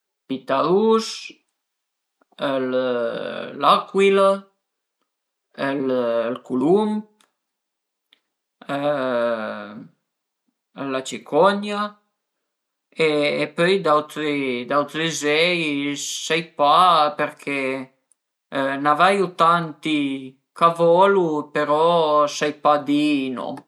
Ël pitarus, l'acuila, ël culumb la cicogna e pöi d'autri d'autri üzei i sai pa përché n'a veiu tanti ch'a volu però sai pa di i nom